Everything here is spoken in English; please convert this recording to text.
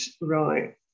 right